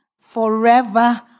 forever